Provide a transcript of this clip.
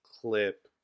clip